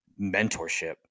mentorship